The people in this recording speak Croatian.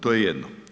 To je jedno.